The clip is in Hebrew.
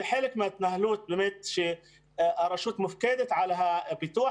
זה חלק מההתנהלות באמת שהרשות מופקדת על הפיתוח